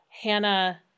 Hannah